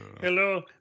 Hello